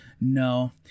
no